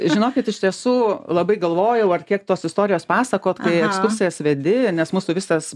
žinokit iš tiesų labai galvojau ar kiek tos istorijos pasakot kai ekskursijas vedi nes mūsų visas